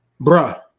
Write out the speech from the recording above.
bruh